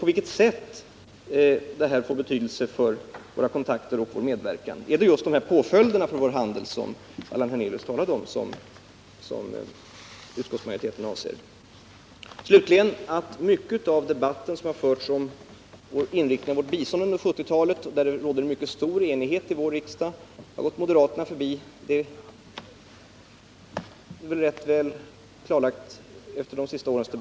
På vilket sätt får detta betydelse för våra kontakter och' vår medverkan? Avser utskottet de påföljder för vår handel som Allan Hernelius talade om? Att mycket av debatten om hur vi skall inrikta vårt bistånd under 1970-talet förts under stor enighet i vår riksdag, det tycks ha gått moderaterna förbi.